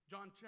John